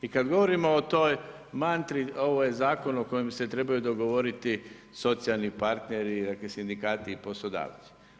I kada govorimo o toj mantri, ovaj zakon o kojem bi se trebaju dogovoriti socijalni partneri, dakle, sindikati i poslodavci.